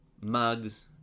mugs